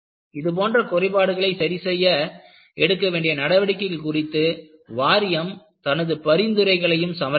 இதுபோன்ற குறைபாடுகளை சரிசெய்ய எடுக்க வேண்டிய நடவடிக்கைகள் குறித்து வாரியம் தனது பரிந்துரைகளையும் சமர்ப்பிக்கும்